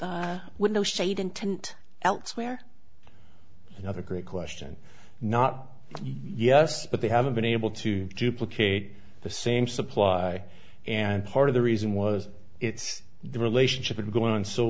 the window shade intent elsewhere another great question not yes but they haven't been able to duplicate the same supply and part of the reason was it's the relationship going on so